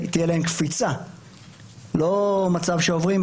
תהיה להם קפיצה לא למצב שעוברים,